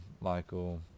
Michael